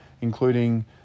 including